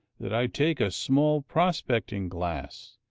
that i take a small prospecting glass,